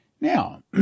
Now